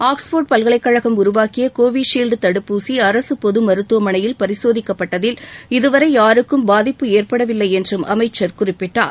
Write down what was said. Oxford பல்கைலக் கழகம் உருவாக்கிய கோவிஷீல்டு தடுப்பூசி அரசு பொது மருத்துவமனையில் பரிசோதிக்கப்பட்டதில் இதுவரை யாருக்கும் பாதிப்பு ஏற்படவில்லை என்றும் அமைச்சர் குறிப்பிட்டார்